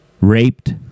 raped